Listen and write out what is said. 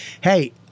Hey